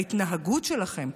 ההתנהגות שלכם,